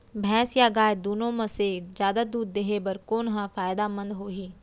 भैंस या गाय दुनो म से जादा दूध देहे बर कोन ह फायदामंद होही?